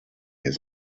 his